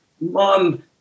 Mom